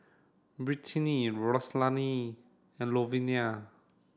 Brittney Rosalia and Louvenia